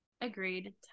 Agreed